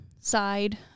side